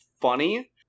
funny